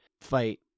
fight